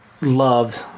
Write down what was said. loved